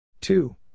two